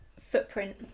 footprint